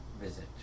visit